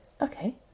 Okay